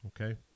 okay